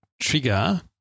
trigger